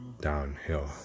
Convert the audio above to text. downhill